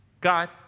God